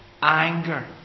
Anger